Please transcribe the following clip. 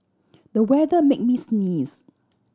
the weather made me sneeze